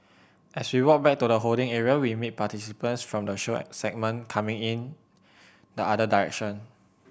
as we walk back to the holding area we meet participants from the show segment coming in the other direction